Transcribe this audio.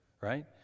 right